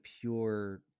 pure